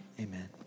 Amen